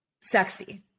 sexy